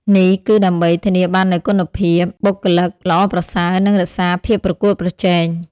នេះគឺដើម្បី ធានាបាននូវគុណភាពបុគ្គលិកល្អប្រសើរ និងរក្សាភាពប្រកួតប្រជែង។